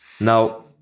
Now